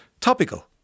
topical